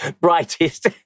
brightest